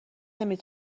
نمی